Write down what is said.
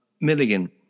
Milligan